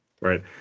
Right